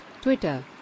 Twitter